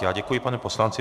Já děkuji panu poslanci.